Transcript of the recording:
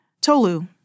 Tolu